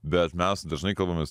bet mes dažnai kalbamės